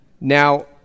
Now